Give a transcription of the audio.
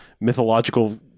mythological